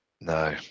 No